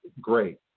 great